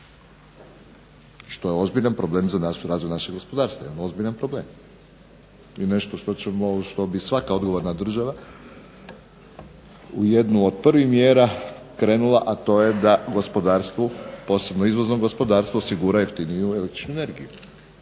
Što je ozbiljan problem za razvoj našeg gospodarstva, jedan ozbiljan problem, i nešto što ćemo, što bi svaka odgovorna država u jednu od prvih mjera krenula, a to je da gospodarstvu, posebno izvoznom gospodarstvu osigura jeftiniju električnu energiju.